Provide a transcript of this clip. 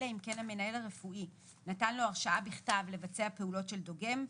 אלא אם כן המנהל הרפואי נתן לו הרשאה בכתב לבצע פעולות של דוגם,